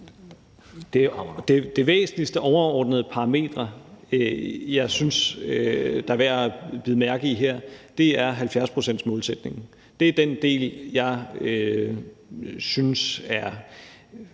Det væsentligste overordnede parameter, som jeg synes det er værd at bide mærke i her, er 70-procentsmålsætningen. Det er den del, jeg synes er,